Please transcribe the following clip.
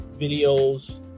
videos